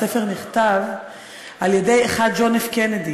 הספר נכתב על-ידי אחד, ג'ון פ' קנדי,